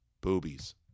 boobies